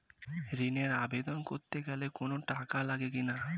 ঋণের আবেদন করতে গেলে কোন টাকা লাগে কিনা?